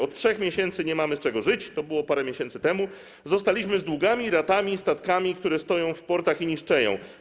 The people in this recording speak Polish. Od 3 miesięcy nie mamy z czego żyć - to było parę miesięcy temu - zostaliśmy z długami, ratami, statkami, które stoją w portach i niszczeją.